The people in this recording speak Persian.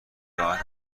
راحت